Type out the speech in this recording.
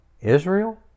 Israel